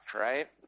right